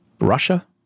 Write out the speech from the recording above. Russia